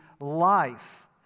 life